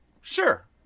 Sure